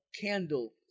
candle